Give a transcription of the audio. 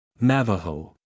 Navajo